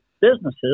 businesses